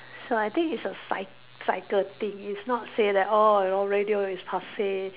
so I think it's a cy~ cycle thing it's not say that oh you know radio is passe